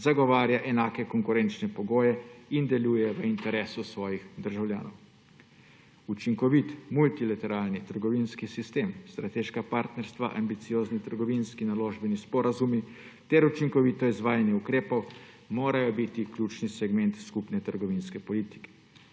zagovarja enake konkurenčne pogoje in deluje v interesu svojih državljanov. Učinkovit multilateralni trgovinski sistem, strateška partnerstva, ambiciozni trgovinski naložbeni sporazumi ter učinkovito izvajanje ukrepov morajo biti ključni segment skupne trgovinske politike.